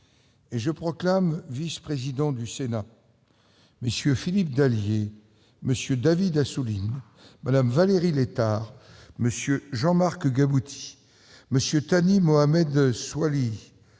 et je proclame vice-présidents MM. Philippe Dallier, David Assouline, Mme Valérie Létard, MM. Jean-Marc Gabouty, Thani Mohamed Soilihi,